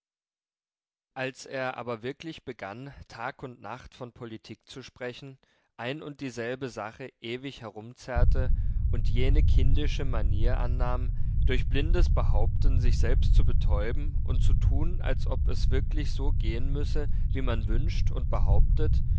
als er aber wirklich begann tag und nacht von politik zu sprechen ein und dieselbe sache ewig herumzerrte und jene kindische manier annahm durch blindes behaupten sich selbst zu betäuben und zu tun als ob es wirklich so gehen müsse wie man wünscht und behauptet